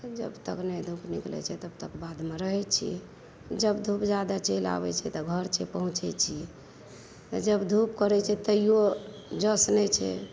जब तक नहि धूप निकलै छै तब तक बाधमे रहय छियै जब धूप जादा चलि आबै छै तब घर छै पहुँचै छियै आ जब धूप करय छै तहियो जस नहि छै